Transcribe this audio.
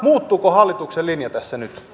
muuttuuko hallituksen linja tässä nyt